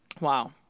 wow